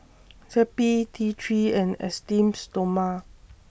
Zappy T three and Esteem Stoma